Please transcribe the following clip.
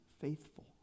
faithful